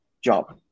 job